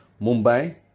Mumbai